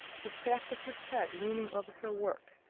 who sat with her head leaning over her work,